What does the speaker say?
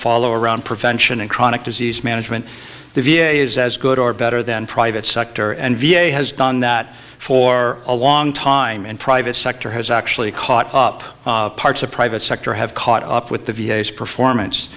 follow around prevention and chronic disease management the v a is as good or better than privates sector and v a has done that for a long time and private sector has actually caught up parts of private sector have caught up with the v a s performance